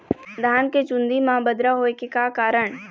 धान के चुन्दी मा बदरा होय के का कारण?